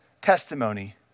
testimony